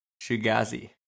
Shugazi